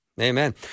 Amen